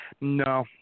No